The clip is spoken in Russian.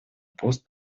пост